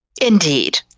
Indeed